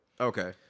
Okay